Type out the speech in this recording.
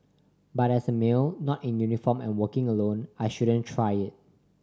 but as a male not in uniform and working alone I shouldn't try it